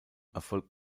erfolgt